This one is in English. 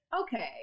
Okay